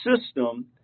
system